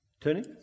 Tony